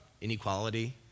inequality